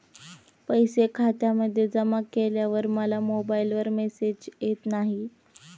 पैसे खात्यामध्ये जमा केल्यावर मला मोबाइलवर मेसेज येत नाही?